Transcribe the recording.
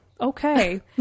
okay